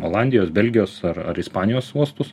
olandijos belgijos ar ar ispanijos uostus